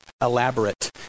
elaborate